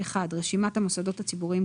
(1) רשימת המוסדות הציבוריים,